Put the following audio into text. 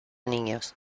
niños